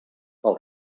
pel